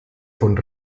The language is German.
von